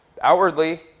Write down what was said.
Outwardly